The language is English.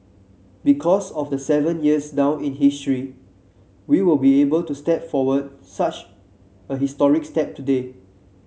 because of the seven years down in history we will be able to step forward such a historic step today